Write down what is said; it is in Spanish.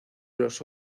los